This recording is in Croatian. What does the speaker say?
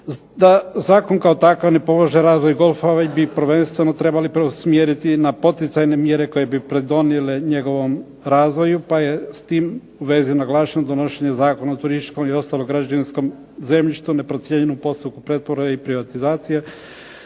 Zakon kao takav ne ... razvoj golfa već bi prvenstveno trebali preusmjeriti na poticajne mjere koje bi pridonijele njegovom razvoju, pa je u vezi s tim u vezi naglašeno donošenje Zakona o turističkom i ostalom građevinskom zemljištu neprocijenjenom postupku pretvorbe i privatizacije,